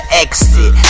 exit